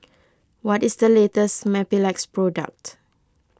what is the latest Mepilex product